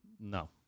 no